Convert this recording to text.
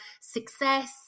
success